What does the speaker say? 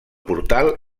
portal